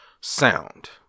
sound